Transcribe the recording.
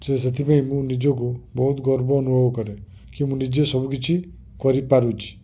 ତ ସେଥିପାଇଁ ମୁଁ ନିଜକୁ ବହୁତ ଗର୍ବ ଅନୁଭବ କରେ କି ମୁଁ ନିଜେ ସବୁକିଛି କରିପାରୁଛି